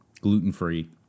gluten-free